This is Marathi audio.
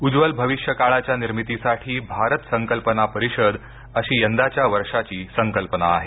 उज्ज्वल भविष्य काळाच्या निर्मितीसाठी भारत संकल्पना परिषद अशी यंदाच्या वर्षांची संकल्पना आहे